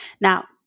Now